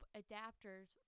adapters